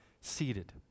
seated